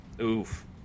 oof